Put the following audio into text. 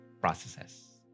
processes